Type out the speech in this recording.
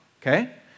Okay